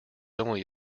only